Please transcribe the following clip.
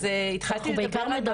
אז התחלתי לדבר על -- אנחנו בעיקר מדברים.